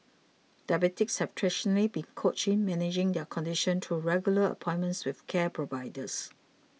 diabetics have traditionally been coached in managing their condition through regular appointments with care providers